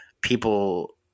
people